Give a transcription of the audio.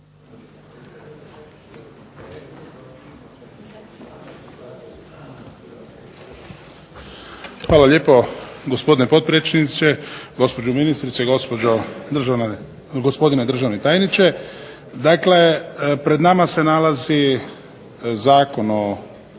Hvala lijepo gospodine potpredsjedniče, gospođo ministrice, gospodine državni tajniče. Dakle, pred nama se nalazi Zakon o